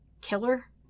Killer